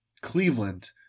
Cleveland